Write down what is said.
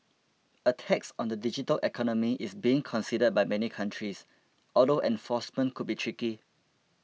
a tax on the digital economy is being considered by many countries although enforcement could be tricky